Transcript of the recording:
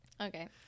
Okay